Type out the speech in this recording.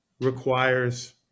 requires